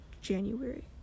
january